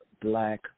black